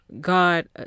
God